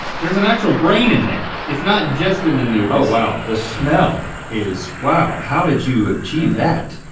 there's an actual brain in there. it's not just in the noodles. oh wow. the smell is, wow, how did you achieve that?